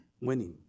winning